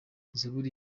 zaburi